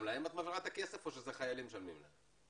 גם להם את מעבירה את הכסף או שזה חיילים משלמים להם?